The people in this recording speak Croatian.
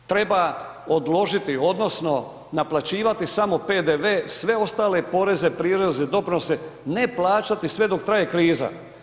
Treba odložiti odnosno naplaćivati samo PDV, sve ostale poreze, prireze, doprinose ne plaćati sve dok traje kriza.